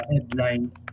headlines